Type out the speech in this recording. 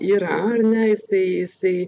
yra ar ne jisai jisai